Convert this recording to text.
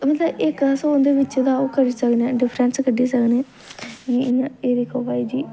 मतलब इक अस उं'दे बिच्च दा ओह् करी सकने हां डिफरेंस कड्ढी सकने हां इ'यां एह् दिक्खो भाई जी